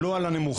לא על הנמוכה,